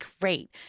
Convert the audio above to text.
great